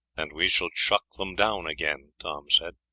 and we shall chuck them down again, tom said.